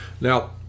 Now